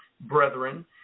brethren